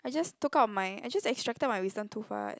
I just took out my I just extracted my wisdom tooth [what]